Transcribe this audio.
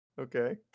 Okay